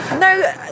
no